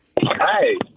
Hi